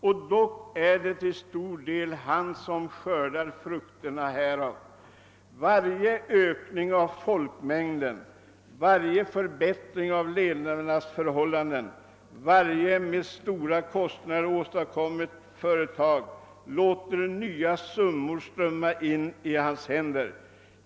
Och dock är det till stor del han som skördar frukterna härav. Varje ökning av folkmängden, varje förbättring av levnadsförhållandena, varje med stora kostnader åstadkommet företag låter nya summor strömma i hans händer.